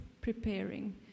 preparing